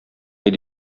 иде